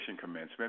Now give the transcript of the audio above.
commencement